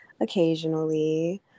occasionally